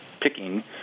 picking